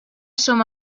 som